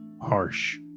harsh